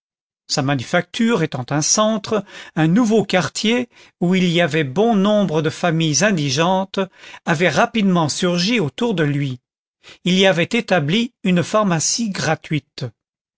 sa manufacture étant un centre un nouveau quartier où il y avait bon nombre de familles indigentes avait rapidement surgi autour de lui il y avait établi une pharmacie gratuite